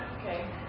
Okay